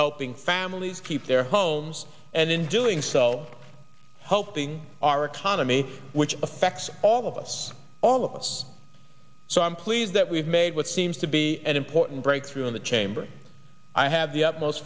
helping families keep their homes and in doing so helping our economy which affects all of us all of us so i'm pleased that we've made what seems to be an important breakthrough in the chamber i have the utmost